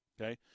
okay